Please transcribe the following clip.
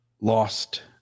lost